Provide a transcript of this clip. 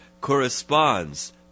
corresponds